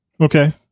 Okay